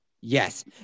Yes